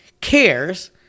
cares